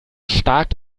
stark